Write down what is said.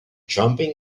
jumping